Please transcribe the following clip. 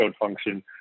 function